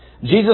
Jesus